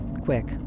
quick